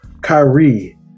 Kyrie